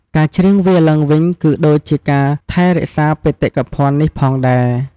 ការច្រៀងវាឡើងវិញ គឺដូចជាការថែរក្សាបេតិកភណ្ឌនេះផងដែរ។